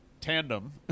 tandem